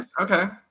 okay